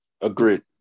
Agreed